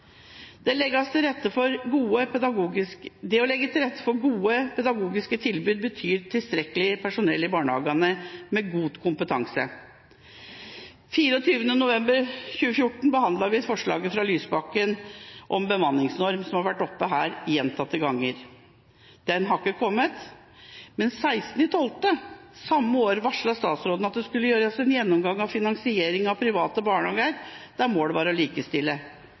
Det å legge til rett for gode pedagogiske tilbud betyr tilstrekkelig med personell med god kompetanse i barnehagene. Den 24. november 2014 behandlet vi et forslag fra representanten Lysbakken om en bemanningsnorm, som har vært oppe her gjentatte ganger. Den har ikke kommet. Den 16. desember samme år varslet statsråden at det skulle gjøres en gjennomgang av finansieringen av private barnehager, der målet var å likestille.